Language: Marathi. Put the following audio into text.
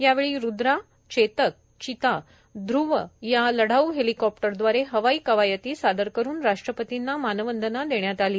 यावेळी रुद्रा चेतक चिता ध्र्व या लढाऊ हेलिकॉप्टर दवारे हवाई कवायती सादर करून राष्ट्रपतींना मानवंदना देण्यात आली